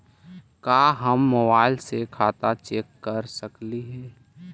का हम मोबाईल से खाता चेक कर सकली हे?